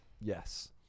Yes